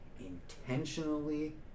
intentionally